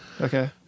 Okay